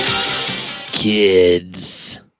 Kids